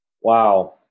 Wow